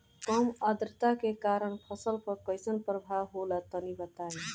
कम आद्रता के कारण फसल पर कैसन प्रभाव होला तनी बताई?